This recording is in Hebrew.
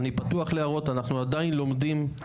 אני פתוח להערות, אנחנו עדיין לומדים.